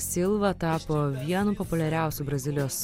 silva tapo vienu populiariausių brazilijos